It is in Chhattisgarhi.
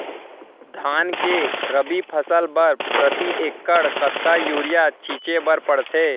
धान के रबि फसल बर प्रति एकड़ कतका यूरिया छिंचे बर पड़थे?